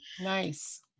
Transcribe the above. Nice